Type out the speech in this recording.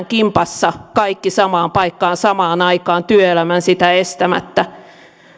kimpassa kaikki samaan paikkaan samaan aikaan työelämän sitä estämättä